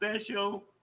special